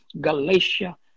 Galatia